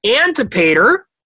Antipater